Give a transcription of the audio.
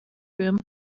room